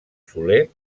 soler